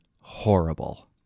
horrible